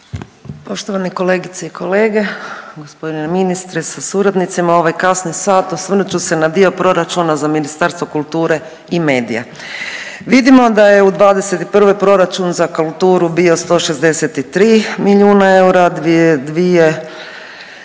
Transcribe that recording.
Poštovane kolegice i kolege, g. ministre sa suradnicima. U ovaj kasni sat osvrnut ću se na dio proračuna za Ministarstvo kulture i medija. Vidimo da je u 2021. proračun za kulturu bio 163. milijuna eura, 2022.